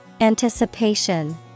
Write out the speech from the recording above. Anticipation